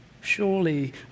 surely